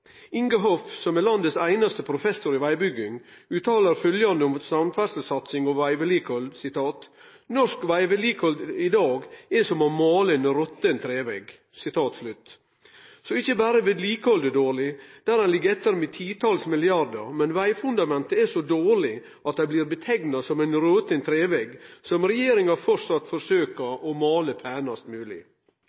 som er landets einaste professor i vegbygging, uttaler følgjande om samferdselssatsinga og vegvedlikehald: «Norsk veivedlikehold er som å male ein råtten trevegg». Og så er ikkje berre vedlikehaldet dårleg, der ein ligg etter med titalls milliardar kr, men vegfundamenta er så dårlege at dei blir kalla rotne treveggar, som regjeringa framleis forsøkjer å måle penast